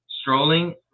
strolling